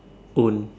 own